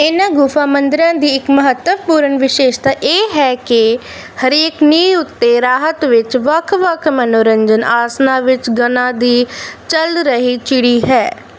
ਇਨ੍ਹਾਂ ਗੁਫਾ ਮੰਦਰਾਂ ਦੀ ਇੱਕ ਮਹੱਤਵਪੂਰਣ ਵਿਸ਼ੇਸ਼ਤਾ ਇਹ ਹੈ ਕਿ ਹਰੇਕ ਨੀਂਹ ਉੱਤੇ ਰਾਹਤ ਵਿੱਚ ਵੱਖ ਵੱਖ ਮਨੋਰੰਜਕ ਆਸਣਾਂ ਵਿੱਚ ਗਣਾਂ ਦੀ ਚੱਲ ਰਹੀ ਚਿੜੀ ਹੈ